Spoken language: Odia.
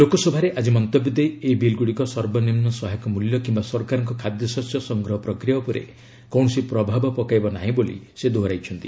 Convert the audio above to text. ଲୋକସାଭରେ ଆଜି ମନ୍ତବ୍ୟ ଦେଇ ଏହି ବିଲ୍ଗୁଡ଼ିକ ସର୍ବନିମୁ ସହାୟକ ମୂଲ୍ୟ କିୟା ସରକାରଙ୍କ ଖାଦ୍ୟଶସ୍ୟ ସଂଗ୍ରହ ପ୍ରକ୍ରିୟା ଉପରେ କୌଣସି ପ୍ରଭାବ ପକାଇବ ନାହିଁ ବୋଲି ସେ ଦୋହରାଇଛନ୍ତି